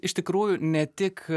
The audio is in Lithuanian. iš tikrųjų ne tik